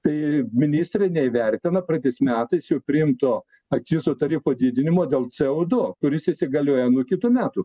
tai ministrė neįvertina praeitais metais priimto akcizų tarifo didinimo dėl c o du kuris įsigalioja nuo kitų metų